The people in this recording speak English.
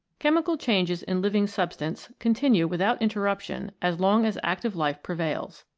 chemical changes in living substance con tinue without interruption as long as active life prevails.